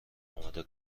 آماده